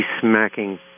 smacking